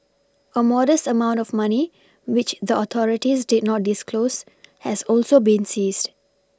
a modest amount of money which the authorities did not disclose has also been seized